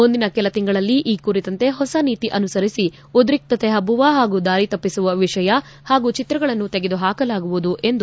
ಮುಂದಿನ ಕೆಲ ತಿಂಗಳಲ್ಲಿ ಈ ಕುರಿತಂತೆ ಹೊಸ ನೀತಿ ಅನುಸರಿಸಿ ಉದ್ರಿಕ್ತತೆ ಹಬ್ಲುವ ಹಾಗೂ ದಾರಿ ತಪ್ಪಿಸುವ ವಿಷಯ ಹಾಗೂ ಚಿತ್ರಗಳನ್ನು ತೆಗೆದು ಹಾಕಲಾಗುವುದು ಎಂದು ಫೇಸ್ಬುಕ್ ಹೇಳಿದೆ